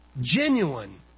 genuine